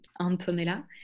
Antonella